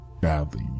badly